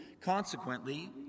Consequently